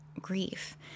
grief